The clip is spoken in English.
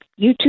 YouTube